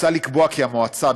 מוצע לקבוע כי המועצה,